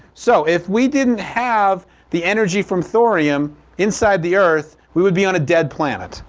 so if we didn't have the energy from thorium inside the earth we would be on a dead planet.